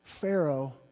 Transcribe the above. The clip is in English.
Pharaoh